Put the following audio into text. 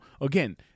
again